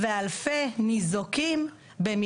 שלא תתבלבלו,